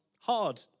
hard